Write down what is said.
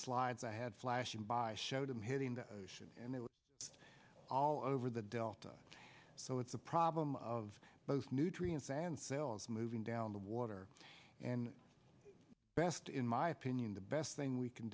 slides i had flashing by showed him hitting the ocean and they were just all over the delta so it's a problem of both nutrients and fills moving down the water and best in my opinion the best thing we can